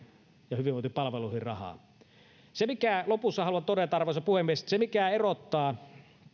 ja hyvinvointipalveluihin rahaa lopussa haluan todeta arvoisa puhemies että se mikä erottaa ehkä